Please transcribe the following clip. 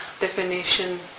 definition